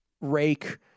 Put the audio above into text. Rake